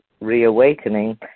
reawakening